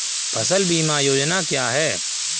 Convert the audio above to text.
फसल बीमा योजना क्या है?